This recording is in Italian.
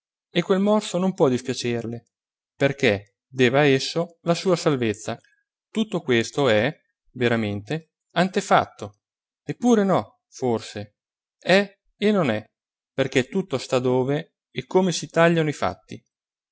e quel morso non può dispiacerle perché deve a esso la sua salvezza tutto questo è veramente antefatto eppure no forse è e non è perché tutto sta dove e come si tagliano i fatti